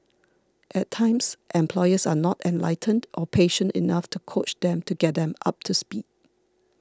at times employers are not enlightened or patient enough to coach them to get them up to speed